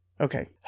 Okay